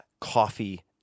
coffee